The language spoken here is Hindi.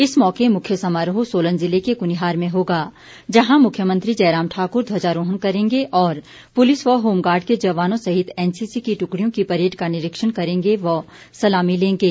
इस मौके मुख्य समारोह राज्य स्तरीय समारोह सोलन जिले के कुनिहार में होगा जहां मुख्यमंत्री जयराम ठाकुर ध्वजारोहण करेंगे और पुलिस व होमगार्ड के जवानों सहित एनसीसी की टुकड़ियों की परेड का निरीक्षण करेंगे व सलामी लेंगे